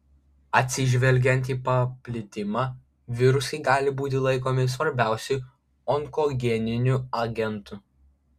atsižvelgiant į paplitimą virusai gali būti laikomi svarbiausiu onkogeniniu agentu